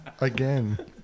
Again